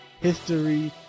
history